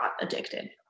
addicted